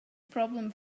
problem